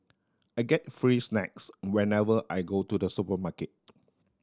I get free snacks whenever I go to the supermarket